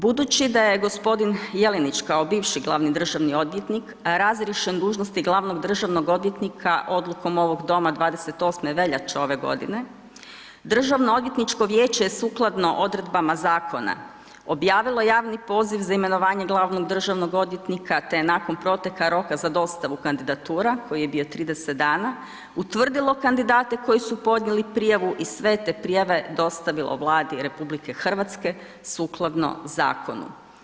Budući da je gospodin Jelinić kao bivši glavni državni odvjetnik razriješen dužnosti glavnog državnog odvjetnika odlukom ovog doma 28. veljače ove godine, Državno-odvjetničko vijeće je sukladno odredbama zakona objavilo javni poziv za imenovanje glavnog državnog odvjetnika te je nakon proteka roka za dostavu kandidatura koji je bio 30 dana utvrdilo kandidate koji su podnijeli prijavu i sve te prijave dostavilo Vladi RH sukladno zakonu.